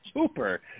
Super